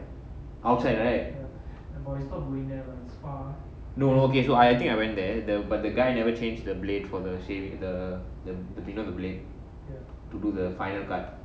outside rightno okay so I think I went there but the guy never change the blade for the shave you know the blade to do the final cut